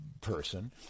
person